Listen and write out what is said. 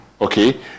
okay